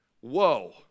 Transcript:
whoa